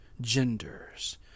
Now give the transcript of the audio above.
genders